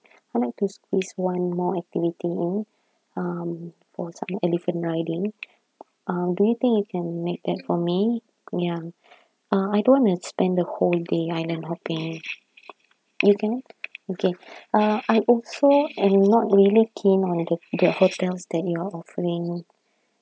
I'd like to squeeze one more activity in um for some elephant riding um do you think you can make that for me ya uh I don't wanna spend the whole day island hopping you can okay uh I also am not really keen on the the hotels that you all offering